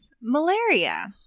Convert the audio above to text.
malaria